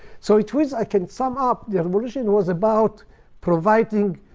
so it was, i can sum up the revolution was about providing